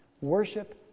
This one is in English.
Worship